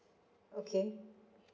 okay